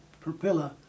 propeller